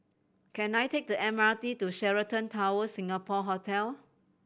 can I take the M R T to Sheraton Towers Singapore Hotel